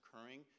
occurring